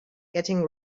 getting